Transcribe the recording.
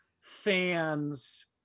fans